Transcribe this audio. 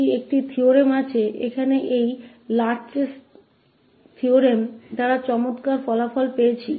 तो एक प्रमेय है यहाँ इस लेर्च के प्रमेय द्वारा अच्छा परिणाम दिया गया है